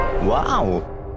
Wow